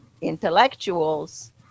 intellectuals